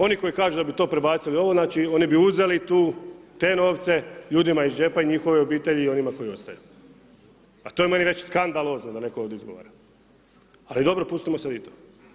Oni koji kažu da bi to prebacili ovo, znači oni bi uzeli tu, te novce ljudima iz džepa i njihove obitelji i onima koji ostaju, a to je meni već skandalozno da netko ovdje izgovara, ali dobro, pustimo sad i to.